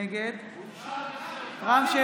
נגד בושה וחרפה.